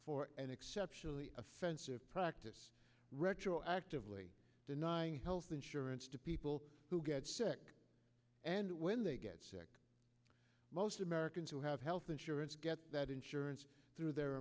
for an exceptionally offensive practice retroactively denying health insurance to people who get sick and when they get sick most americans who have health insurance get that insurance through their